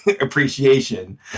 appreciation